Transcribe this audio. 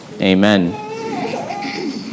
amen